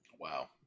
wow